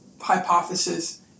hypothesis